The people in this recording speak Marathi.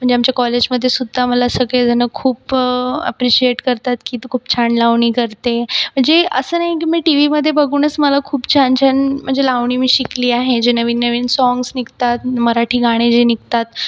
आणि आमच्या कॉलेजमध्ये सुद्धा मला सगळे जणं खूप अप्रिशिएट करतात की तू खूप छान लावणी करते म्हणजे असं नाही की मी टीव्हीमध्ये बघूनच मला खूप छान छान म्हणजे लावणी मी शिकली आहे जे नवीन नवीन सॉन्ग्ज निघतात मराठी गाणे जे निघतात